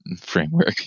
framework